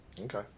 Okay